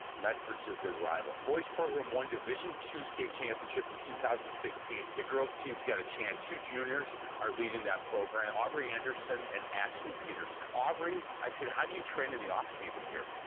medford's their big rival. boys program won division two state championship in two thousand and sixteen. the girl's team's gotta chance. two juniors are leading that program. aubrey anderson and ashley peterson. aubrey, i said, how do you train in the off season here?